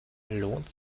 lohnt